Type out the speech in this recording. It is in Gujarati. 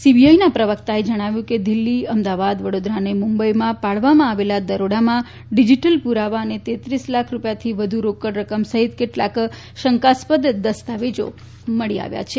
સીબીઆઈના પ્રવક્તાએ જણાવ્યું કે દિલ્હી અમદાવાદ વડોદરા અને મુંબઈમાં પાડવામાં આવેલા દરોડામાં ડિઝિટલ પુરાવા અને ત્રેત્રીસ લાખ રૂપિયાથી વધુ રોકડ રકમ સફિત કેટલાંક શંકાસ્પદ દસ્તાવેજા મળી આવ્યા હતા